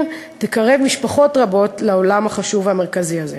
תקרב משפחות רבות לעולם החשוב והמרכזי הזה.